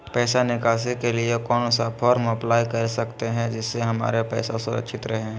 पैसा निकासी के लिए कौन सा फॉर्म अप्लाई कर सकते हैं जिससे हमारे पैसा सुरक्षित रहे हैं?